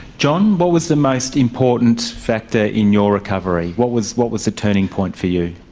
john, what was the most important factor in your recovery? what was what was the turning point for you?